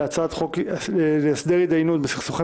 נתקבלה.